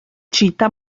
cita